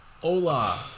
Hola